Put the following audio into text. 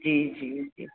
जी जी जी